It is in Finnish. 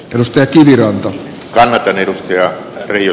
kalustettu ja kanadan edustaja yrjö